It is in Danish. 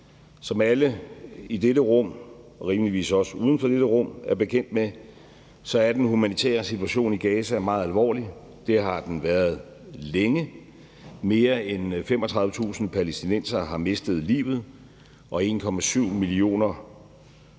Som alle i dette rum, rimeligvis også uden for dette rum, er bekendt med, er den humanitære situation i Gaza meget alvorlig. Det har den været længe. Mere end 35.000 palæstinensere har mistet livet, og 1,7 millioner,